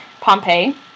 Pompeii